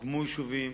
הוקמו יישובים,